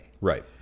Right